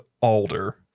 Alder